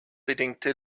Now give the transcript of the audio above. bedingte